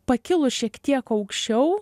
pakilus šiek tiek aukščiau